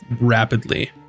rapidly